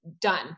done